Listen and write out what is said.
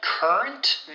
Current